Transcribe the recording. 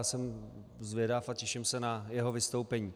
Já jsem zvědav a těším se na jeho vystoupení.